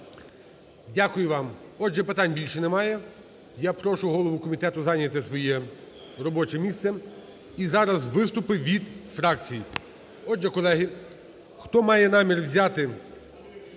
Дякую вам. Отже, питань більше немає. Я прошу голову комітету зайняти своє робоче місце. І зараз виступи від фракцій. Отже, колеги, хто має намір взяти